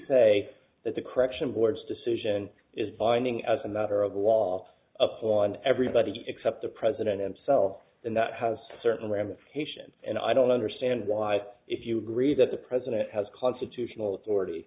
say that the correction board's decision is binding as and that are a wall up on everybody except the president himself and that has certain ramifications and i don't understand why if you agree that the president has constitutional authority